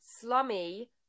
Slummy